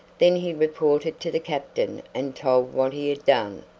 then he reported to the captain and told what he had done.